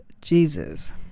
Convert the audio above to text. Jesus